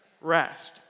rest